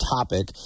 topic